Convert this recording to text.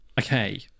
Okay